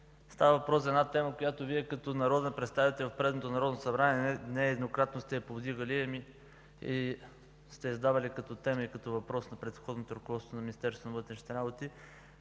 Става въпрос за една реплика, която Вие като народен представител в предното Народно събрание нееднократно сте повдигали и сте задавали като тема и като въпрос на предходното ръководство на